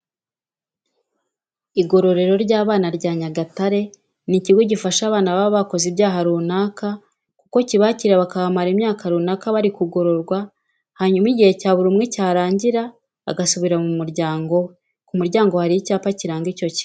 Igororero ry'abana rya Nyagatare ni ikigo gifasha abana baba bakoze ibyaha runaka kuko kibakira bakahamara imyaka runaka bari kugororwa hanyuma igihe cya buri umwe cyarangira agasubira mu muryango we. Ku muryango hari icyapa kiranga icyo kigo.